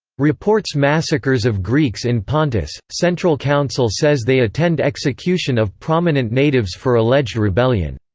reports massacres of greeks in pontus central council says they attend execution of prominent natives for alleged rebellion.